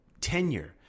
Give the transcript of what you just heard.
tenure